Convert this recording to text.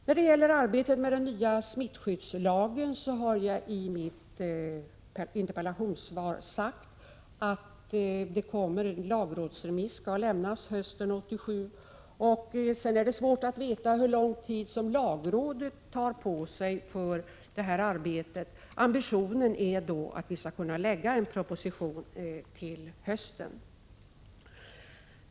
När det gäller arbetet med den nya smittskyddslagen har jag i mitt interpellationssvar sagt att det kommer en lagrådsremiss hösten 1987. Det är svårt att veta hur lång tid lagrådet sedan kommer att ta på sig för detta arbete. Ambitionen är att vi skall kunna lägga fram en proposition under hösten.